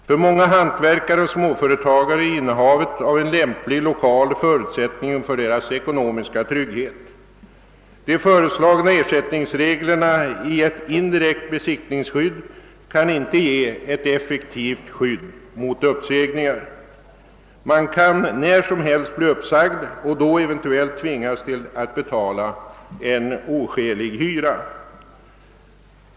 För många hantverkare och småföretagare är innehavet av en lämplig lokal förutsättningen för deras ekonomiska trygghet. De föreslagna ersättningsreglerna i ett indirekt besittningsskydd kan inte ge ett effektivt skydd mot uppsägningar. Man kan när som helst bli uppsagd och då eventuellt tvingad att betala en oskälig hyra.